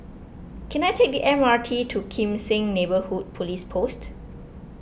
can I take the M R T to Kim Seng Neighbourhood Police Post